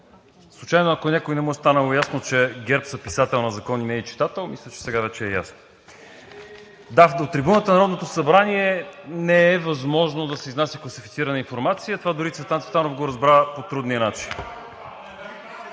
Случайно, ако на някой не му е станало ясно, че ГЕРБ са писател на закони, не и читател, мисля, че сега вече е ясно. (Шум от ГЕРБ-СДС.) От трибуната на Народното събрание не е възможно да се изнася класифицирана информация. Това дори Цветан Цветанов го разбра по трудния начин.